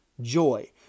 joy